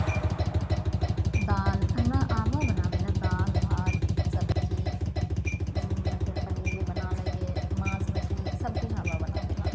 दाल हमरा आबह बनाबै ला दाल भात सब्जी मटर पनीर भी बना लेइए माँस मछली सबकिछु आबए हमरा बनाबए ला